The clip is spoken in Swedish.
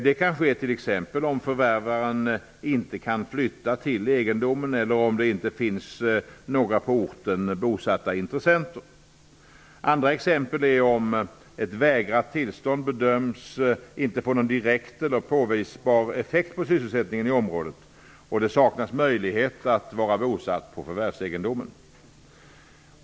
Det kan ske t.ex. om förvärvaren inte kan flytta till egendomen eller om det inte finns några på orten bosatta intressenter. Andra exempel är om ett vägrat tillstånd bedöms inte få någon direkt eller påvisbar effekt på sysselsättningen i området eller om det saknas möjlighet att vara bosatt på förvärvsegendomen.